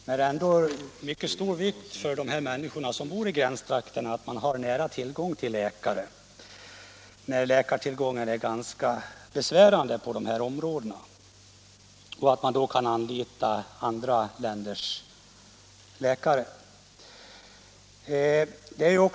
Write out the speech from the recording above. Men det är ändå av stor vikt för de människor som bor i gränstrakterna att man har tillgång till läkare på nära håll, eftersom läkarbristen i dessa områden är besvärande. Det är då viktigt att man kan anlita andra länders läkare.